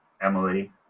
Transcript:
Emily